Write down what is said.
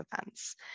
events